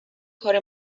کار